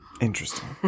interesting